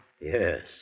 Yes